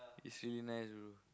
is really nice bro